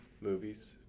movies